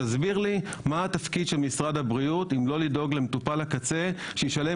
תסביר לי מה התפקיד של משרד הבריאות אם לא לדאוג למטופל הקצה שישלם